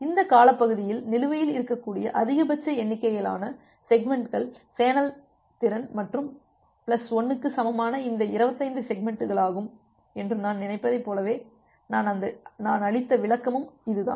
இந்த காலப்பகுதியில் நிலுவையில் இருக்கக்கூடிய அதிகபட்ச எண்ணிக்கையிலான செக்மெண்ட்கள் சேனல் திறன் மற்றும் பிளஸ் 1 க்கு சமமான இந்த 25 செக்மெண்ட்களாகும் என்று நான் நினைப்பதைப் போலவே நான் அளித்த விளக்கமும் இதுதான்